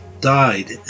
died